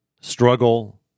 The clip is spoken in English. struggle